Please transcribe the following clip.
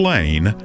Lane